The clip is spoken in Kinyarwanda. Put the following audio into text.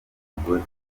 mugore